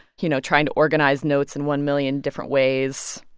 you know, trying to organize notes in one million different ways,